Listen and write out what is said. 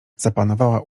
zapanowała